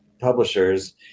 publishers